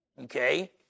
Okay